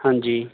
ਹਾਂਜੀ